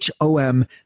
HOM